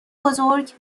بزرگ